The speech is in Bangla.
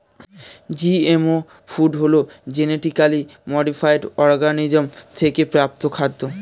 জিএমও ফুড হলো জেনেটিক্যালি মডিফায়েড অর্গানিজম থেকে প্রাপ্ত খাদ্য